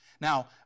Now